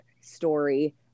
story